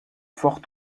fort